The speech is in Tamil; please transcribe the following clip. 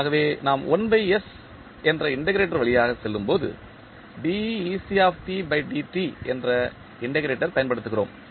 ஆகவே நாம் என்ற இண்டெக்ரேட்டர் வழியாக செல்லும்போது என்ற இண்டெக்ரேட்டர் பயன்படுத்துகிறோம்